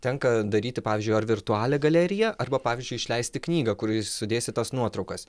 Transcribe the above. tenka daryti pavyzdžiui ar virtualią galeriją arba pavyzdžiui išleisti knygą kurioj sudėsi tas nuotraukas